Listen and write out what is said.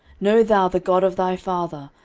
know thou the god of thy father,